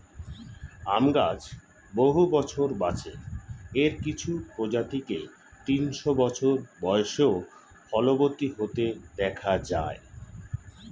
আম গাছ বহু বছর বাঁচে, এর কিছু প্রজাতিকে তিনশো বছর বয়সেও ফলবতী হতে দেখা যায়